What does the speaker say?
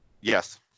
Yes